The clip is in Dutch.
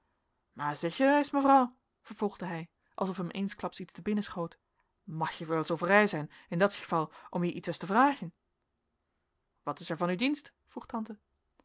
zeg ereis mevrouw vervolgde hij alsof hem eensklaps iets te binnen schoot mag ik wel zoo vrij zijn in dat geval om je ietwes te vragen wat is er van uw dienst vroeg tante